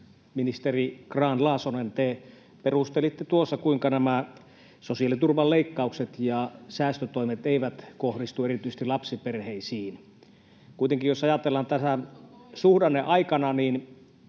Ministeri Grahn-Laasonen, te perustelitte tuossa, kuinka nämä sosiaaliturvan leikkaukset ja säästötoimet eivät kohdistu erityisesti lapsiperheisiin. Kuitenkin jos ajatellaan tänä suhdanneaikana, niin